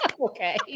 Okay